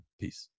Peace